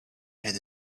had